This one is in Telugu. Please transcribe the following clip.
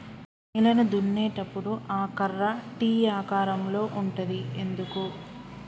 నేలను దున్నేటప్పుడు ఆ కర్ర టీ ఆకారం లో ఉంటది ఎందుకు?